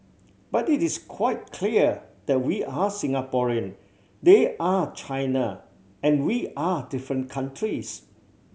but it is quite clear that we are Singaporean they are China and we are different countries